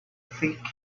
thick